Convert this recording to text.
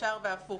ישר והפוך.